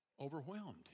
overwhelmed